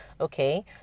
Okay